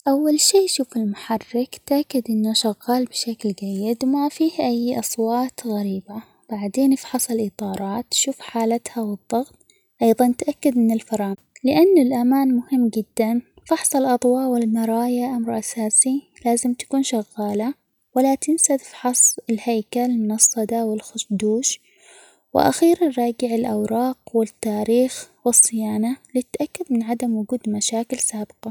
أول شيء شوف المحرك تأكد إنه شغال بشكل جيد وما فيه أي أصوات غريبة ،بعدين افحص الإطارات شوف حالتها والضغط، أيضا تأكد من الفرام لأنه الأمان مهم جدا ،فحص الاضواء والمرايا أمر أساسي لازم تكون شغالة ،ولا تنسى تفحص الهيكل من الصدا والخ-ش-دوش وأخيرا راجع الأوراق والتاريخ والصيانة للتأكد من عدم وجود مشاكل سابقة.